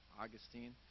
Augustine